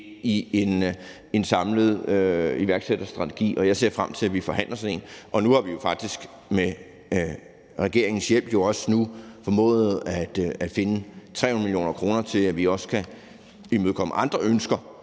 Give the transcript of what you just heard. i en samlet iværksætterstrategi. Og jeg ser frem til, at vi forhandler sådan en. Nu har vi jo faktisk med regeringens hjælp formået at finde 300 mio. kr. til, at vi også kan imødekomme andre ønsker,